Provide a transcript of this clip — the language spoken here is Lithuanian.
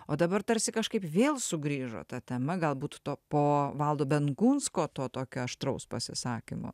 o dabar tarsi kažkaip vėl sugrįžo ta tema galbūt to po valdo benkunsko to tokio aštraus pasisakymo